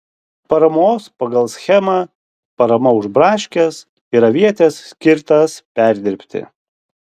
paramos pagal schemą parama už braškes ir avietes skirtas perdirbti